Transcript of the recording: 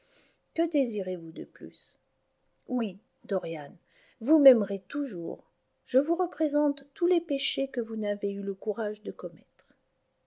que désirez-vous de plus oui dorian vous maimerez toujours je vous représente tous les péchés que vous n'avez eu le courage de commettre